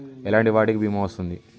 ఎలాంటి వాటికి బీమా వస్తుంది?